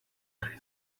hungry